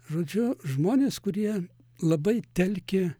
žodžiu žmonės kurie labai telkė